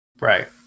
Right